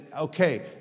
okay